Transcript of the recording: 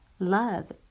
Love